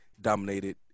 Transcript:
dominated